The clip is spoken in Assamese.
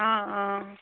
অঁ অঁ